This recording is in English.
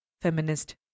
feminist